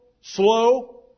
Slow